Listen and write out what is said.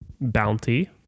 bounty